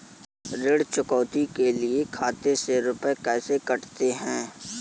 ऋण चुकौती के लिए खाते से रुपये कैसे कटते हैं?